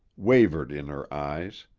wavered in her eyes.